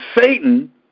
Satan